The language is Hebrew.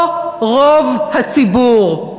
או רוב הציבור.